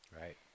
Right